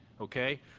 okay